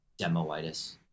demoitis